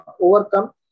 overcome